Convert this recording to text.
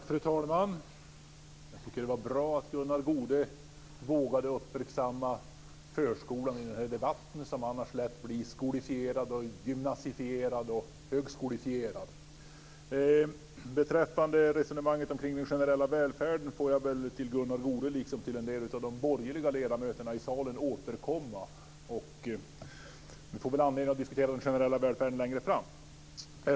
Fru talman! Det var bra att Gunnar Goude vågade uppmärksamma förskolan i den här debatten som annars lätt blir skolifierad, gymnasifierad och högskolefierad. Beträffande resonemanget kring den generella välfärden får jag väl återkomma till Gunnar Goude liksom till en del av de borgerliga ledamöterna i salen. Vi får väl anledning att diskutera den generella välfärden längre fram.